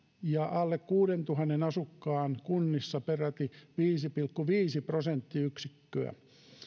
prosenttiyksikköä alle kuuteentuhanteen asukkaan kunnissa peräti viisi pilkku viisi prosenttiyksikköä